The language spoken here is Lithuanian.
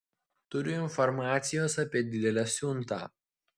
turiu informacijos apie didelę siuntą